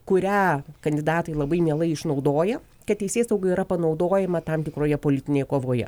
kurią kandidatai labai mielai išnaudoja kad teisėsauga yra panaudojama tam tikroje politinėje kovoje